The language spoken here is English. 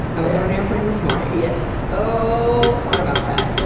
i was on an airplane this morning. yes. ohhhh, thought about that.